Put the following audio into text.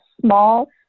small